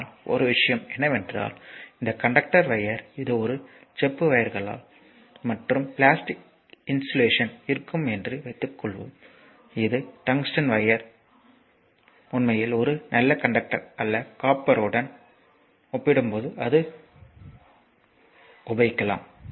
ஆனால் ஒரு விஷயம் என்னவென்றால் இந்த கண்டக்டர் வையர் இது ஒரு செப்பு வையர்கள் மற்றும் பிளாஸ்டிக் இன்சுலேஷன் இருக்கும் என்று வைத்துக்கொள்வோம் இது டங்ஸ்டன் வையர் உண்மையில் ஒரு நல்ல கண்டக்டர் அல்ல காப்பர் உடன் ஒப்பிடும்போது அது வரும்